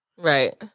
Right